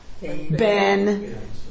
Ben